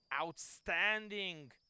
outstanding